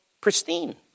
pristine